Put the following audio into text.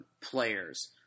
players –